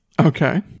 Okay